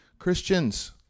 Christians